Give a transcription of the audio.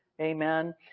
Amen